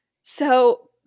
So-